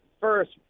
first